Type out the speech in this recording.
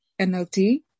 NLT